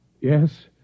Yes